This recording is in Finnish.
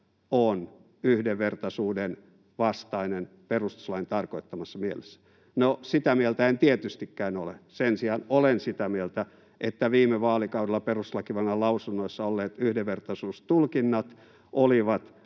on yhdenvertaisuuden vastainen perustuslain tarkoittamassa mielessä. No, sitä mieltä en tietystikään ole. Sen sijaan olen sitä mieltä, että viime vaalikaudella perustuslakivaliokunnan lausunnoissa olleet yhdenvertaisuustulkinnat olivat